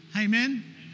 Amen